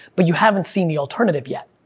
but you haven't seen the alternative, yet.